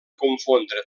confondre